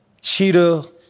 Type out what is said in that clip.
Cheetah